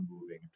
moving